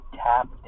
tap